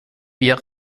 wir